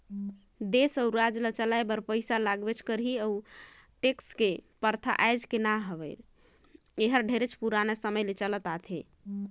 देस अउ राज ल चलाए बर पइसा लगबे करही अउ टेक्स के परथा आयज के न हवे एहर ढेरे पुराना समे ले चलत आथे